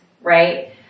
right